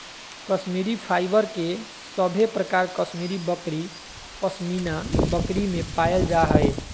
Kashmiri fibre के सभे प्रकार कश्मीरी बकरी, पश्मीना बकरी में पायल जा हय